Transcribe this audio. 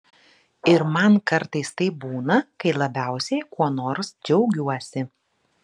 ir man kartais taip būna kai labiausiai kuo nors džiaugiuosi